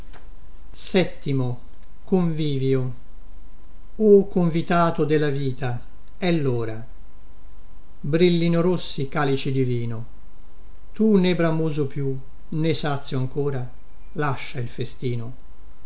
piange o convitato della vita è lora brillino rossi i calici di vino tu né bramoso più né sazio ancora lascia il festino